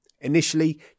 initially